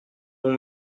bon